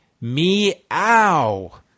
Meow